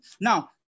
Now